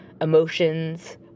emotions